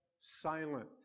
silent